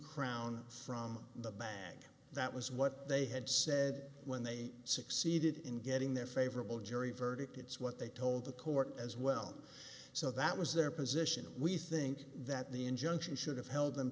crown from the bag that was what they had said when they succeeded in getting their favorable jury verdict it's what they told the court as well so that was their position and we think that the injunction should have held them